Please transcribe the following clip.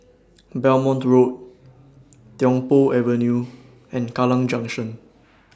Belmont Road Tiong Poh Avenue and Kallang Junction